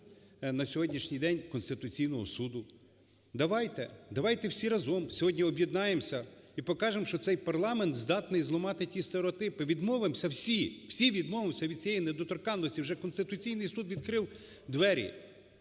на сьогоднішній день Конституційного Суду. Давайте, давайте всі разом сьогодні об'єднаємося і покажемо, що цей парламент здатний зламати ті стереотипи, відмовимося всі, всі відмовимося від цієї недоторканності, вже Конституційний Суд відкрив двері.